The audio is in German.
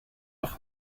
auch